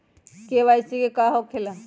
KYC का हो के ला?